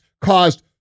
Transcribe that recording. caused